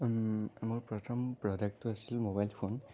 মোৰ প্ৰথম প্ৰডাক্টটো আছিল ম'বাইল ফোন